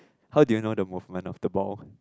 how do you know the movement of the ball